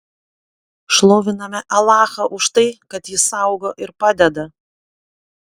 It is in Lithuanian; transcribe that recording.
šloviname alachą už tai kad jis saugo ir padeda